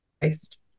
based